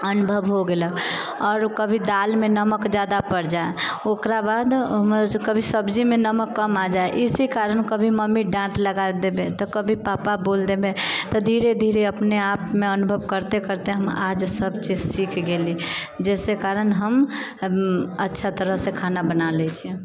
अनुभव हो गेलक आओर ओ कभी दालमे नमक जादे पड़ि जाए ओकरा बाद हमर सबकेँ कभी सब्जीमे नमक कम आ जाए इसी कारण अभी मम्मी डाट लगाए देबे तऽ कभी पापा बोल देवे तऽ धीरे धीरे अपने आपमे अनुभव करते करते हम आज सब चीज सिख गेली जिसके कारण हम अच्छा तरहसे खाना बना लै छी